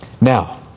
Now